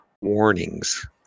warnings